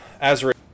Azra